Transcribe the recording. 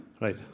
Right